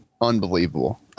unbelievable